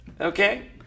Okay